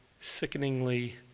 sickeningly